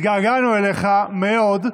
התגעגענו אליך מאוד,